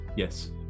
Yes